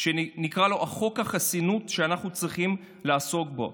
שנקרא לו "חוק החסינות שאנחנו צריכים לעסוק בו".